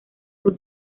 sur